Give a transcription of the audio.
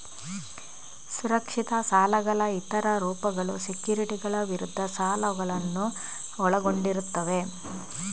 ಸುರಕ್ಷಿತ ಸಾಲಗಳ ಇತರ ರೂಪಗಳು ಸೆಕ್ಯುರಿಟಿಗಳ ವಿರುದ್ಧ ಸಾಲಗಳನ್ನು ಒಳಗೊಂಡಿರುತ್ತವೆ